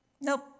Nope